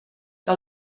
que